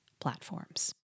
platforms